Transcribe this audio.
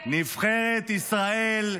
נבחרת ישראל,